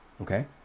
okay